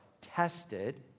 tested